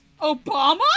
Obama